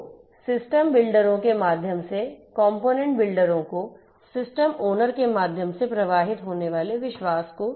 तो सिस्टम बिल्डरों के माध्यम से कंपोनेंट बिल्डरों को सिस्टम ओनर के माध्यम से प्रवाहित होने वाले विश्वास को